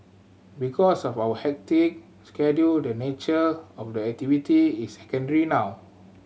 because of our hectic schedule the nature of the activity is secondary now